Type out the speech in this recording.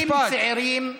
20 צעירים.